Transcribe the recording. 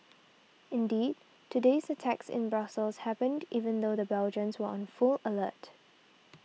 indeed today's attacks in Brussels happened even though the Belgians were on full alert